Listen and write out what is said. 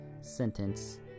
sentence